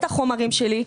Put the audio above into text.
את החומרים שלי.